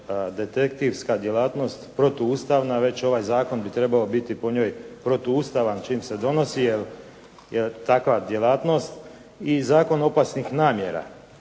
detektivska djelatnost protuustavna već ovaj zakon bi trebao biti po njoj protuustavan čim se donosi, jer takva djelatnost i zakon opasnih namjera,